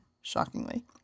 shockingly